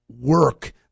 work